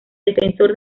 defensor